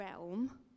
realm